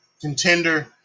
contender